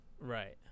Right